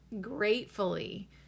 gratefully